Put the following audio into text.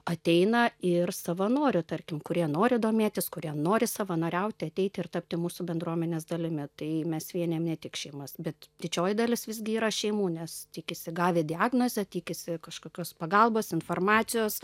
ateina ir savanorių tarkim kurie nori domėtis kurie nori savanoriauti ateiti ir tapti mūsų bendruomenės dalimi tai mes vienijam ne tik šeimas bet didžioji dalis visgi yra šeimų nes tikisi gavę diagnozę tikisi kažkokios pagalbos informacijos